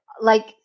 like-